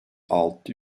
altı